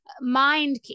mind